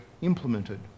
implemented